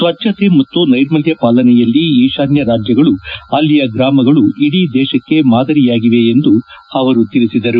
ಸ್ವಚ್ದತೆ ಮತ್ತು ನೈರ್ಮಲ್ಯ ಪಾಲನೆಯಲ್ಲಿ ಈಶಾನ್ಯ ರಾಜ್ಯಗಳು ಅಲ್ಲಿಯ ಗ್ರಾಮಗಳು ಇಡೀ ದೇಶಕ್ಕೆ ಮಾದರಿಯಾಗಿವೆ ಎಂದು ಅವರು ತಿಳಿಸಿದರು